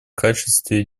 качестве